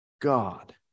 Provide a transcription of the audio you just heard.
God